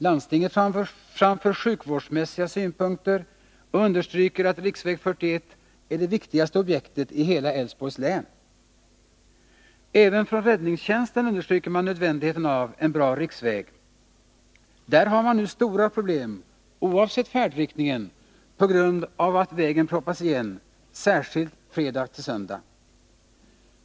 Landstinget framför sjukvårdsmässiga synpunkter och understryker att riksväg 41 är det viktigaste objektet i hela Älvsborgs län. Även från räddningstjänsten understryker man nödvändigheten av en bra riksväg. Där har man nu stora problem oavsett färdriktningen på grund av att vägen proppas igen, särskilt fredag till söndag.